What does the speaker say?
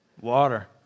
Water